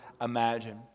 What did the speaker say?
imagine